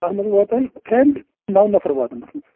اہَن حَظ واتن ترین نو نفر واتن اتھ منٛز